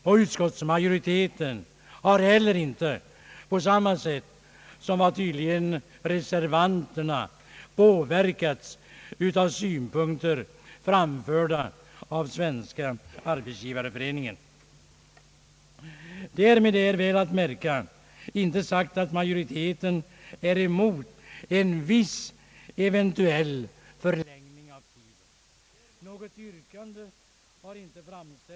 Och utskottsmajoriteten har heller inte på samma sätt som tydligen reservanterna påverkats av synpunkter framförda av Svenska arbetsgivareföreningen. Därmed är — väl att märka — inte sagt att majoriteten är emot en viss eventuell förlängning av tiden.